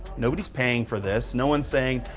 nobody's paying for this. no one's saying,